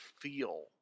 feel